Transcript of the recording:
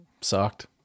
sucked